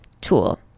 tool